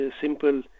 simple